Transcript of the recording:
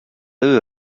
eux